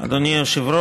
ושלישית.